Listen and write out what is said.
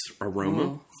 aroma